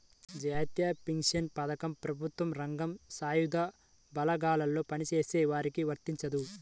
జాతీయ పెన్షన్ పథకం ప్రభుత్వ రంగం, సాయుధ బలగాల్లో పనిచేసే వారికి వర్తించదు